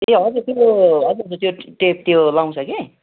ए हजुर त्यो हजुरको टेप त्यो लगाउँछ के